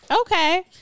Okay